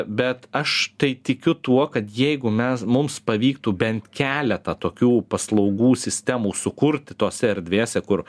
bet aš tai tikiu tuo kad jeigu mes mums pavyktų bent keletą tokių paslaugų sistemų sukurti tose erdvėse kur